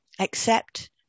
Accept